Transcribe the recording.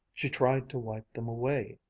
she tried to wipe them away,